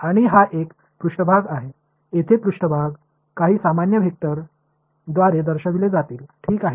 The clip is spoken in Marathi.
आणि हा एक पृष्ठभाग आहे येथे पृष्ठभाग काही सामान्य वेक्टर द्वारे दर्शविले जातील ठीक आहे